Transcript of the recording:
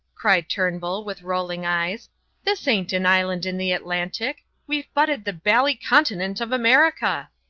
cried turnbull, with rolling eyes this ain't an island in the atlantic. we've butted the bally continent of america.